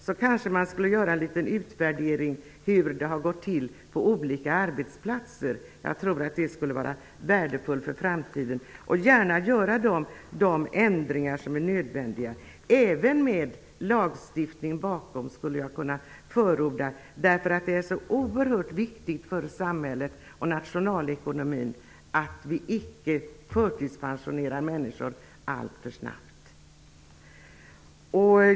Man kanske skulle kunna göra en utvärdering för att se hur det har gått till på olika arbetsplatser, och gärna göra de ändringar som anses nödvändiga. Jag tror att det skulle vara värdefullt för framtiden. Jag skulle kunna förorda även lagstiftning därför att det är så oerhört viktigt för samhället och nationalekonomin att vi icke förtidspensionerar människor alltför snabbt.